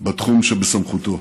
בתחום שבסמכותו.